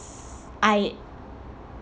I